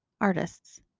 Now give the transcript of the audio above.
artists